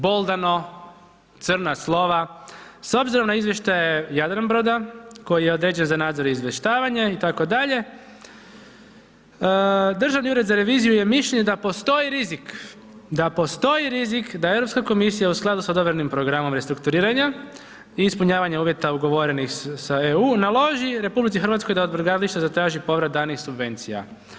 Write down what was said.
Boldano, crna slova, s obzirom na izvještaje Jadranbroda, koji je određen za nadzor i izvještavanje itd., Državni ured za reviziju je mišljenja da postoji rizik, da postoji rizik da EU komisija u skladu sa dodanim programom restrukturiranja i ispunjavanja uvjeta ugovorenih sa EU naloži RH da od brodogradilišta zatraži povrat danih subvencija.